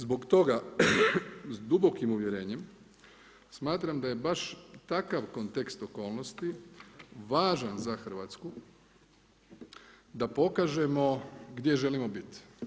Zbog toga s dubokim uvjerenjem smatram da je baš takav kontekst okolnosti važan za Hrvatsku da pokažemo gdje želimo biti.